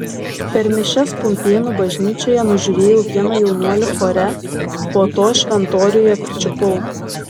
per mišias pumpėnų bažnyčioje nužiūrėjau vieną jaunuolį chore po to šventoriuje pričiupau